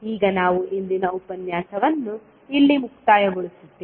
ಈಗ ನಾವು ಇಂದಿನ ಉಪನ್ಯಾಸವನ್ನು ಇಲ್ಲಿ ಮುಕ್ತಾಯಗೊಳಿಸುತ್ತೇವೆ